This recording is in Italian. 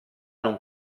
non